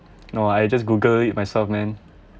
no I just google it myself man